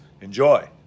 Enjoy